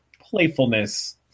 playfulness